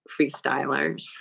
freestylers